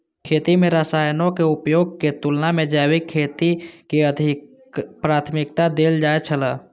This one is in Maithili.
खेती में रसायनों के उपयोग के तुलना में जैविक खेती के अधिक प्राथमिकता देल जाय छला